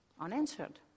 unanswered